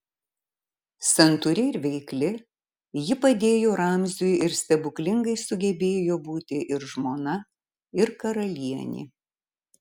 santūri ir veikli ji padėjo ramziui ir stebuklingai sugebėjo būti ir žmona ir karalienė